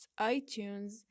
iTunes